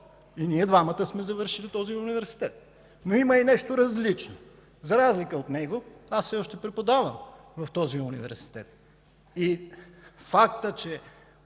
– и двамата сме завършили този университет. Но има и нещо различно – за разлика от него аз все още преподавам в този университет. Фактът, че